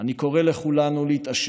אני קורא לכולנו להתעשת,